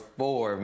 four